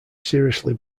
seriously